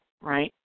right